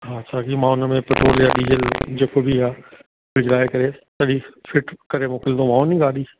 हा छा आहे की मां हुनमें पेट्रोल या डीजल जेको बि आहे विझाए करे सॼी फिट करे मोकिलिदोमांव नी गाॾी